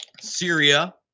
Syria